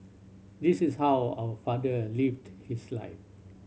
this is how our father lived his life